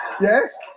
Yes